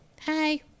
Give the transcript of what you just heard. Hi